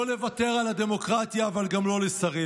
לא לוותר על הדמוקרטיה, אבל גם לא לסרב.